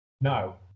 No